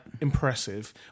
impressive